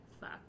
fuck